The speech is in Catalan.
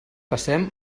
passem